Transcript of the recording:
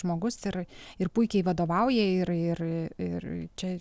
žmogus ir ir puikiai vadovauja ir ir ir čia